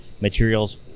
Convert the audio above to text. materials